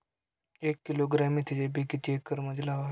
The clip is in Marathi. एक किलोग्रॅम मेथीचे बी किती एकरमध्ये लावावे?